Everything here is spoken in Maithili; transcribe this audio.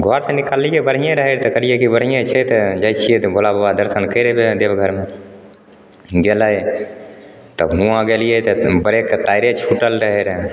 घरसे निकललिए बढ़िएँ रहै तऽ कहलिए तऽ बढ़िएँ छै तऽ जाइ छिए तऽ भोलाबाबाके दरशन करि अएबै देवघरमे गेलै तब हुआँ गेलिए तऽ फेर ब्रेकके तारे छुटल रहै रऽ